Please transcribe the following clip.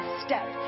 step